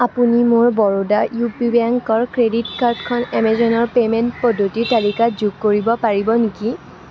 আপুনি মোৰ Baroda U P বেংকৰ ক্ৰেডিট কাৰ্ডখন এমেজনৰ পে'মেণ্ট পদ্ধতিৰ তালিকাত যোগ কৰিব পাৰিব নেকি